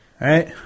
right